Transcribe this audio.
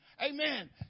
Amen